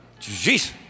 Jeez